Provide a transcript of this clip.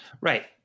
Right